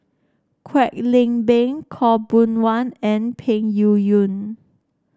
Kwek Leng Beng Khaw Boon Wan and Peng Yuyun